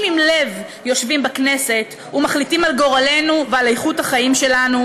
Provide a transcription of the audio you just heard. עם לב יושבים בכנסת ומחליטים על גורלנו ועל איכות החיים שלנו,